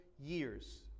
years